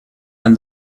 and